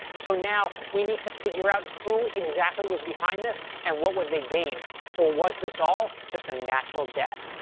so, now we need to figure out who exactly was behind this, and what would they gain? or was this all just a natural death?